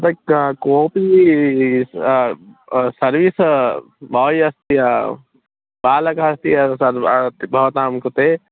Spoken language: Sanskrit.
अपेक्षा कोपी सर्विस पालकस्य सर्वा भवतां कृते